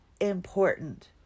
important